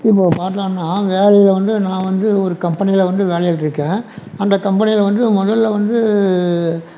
இப்போ பார்த்தோம்னா வேலையில் வந்து நான் வந்து ஒரு கம்பெனியில் வந்து வேலையில் இருக்கேன் அந்த கம்பெனியில் வந்து முதல்ல வந்து